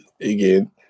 again